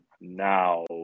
now